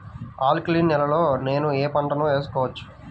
Alkaline నేలలో నేనూ ఏ పంటను వేసుకోవచ్చు?